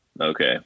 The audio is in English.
Okay